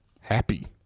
happy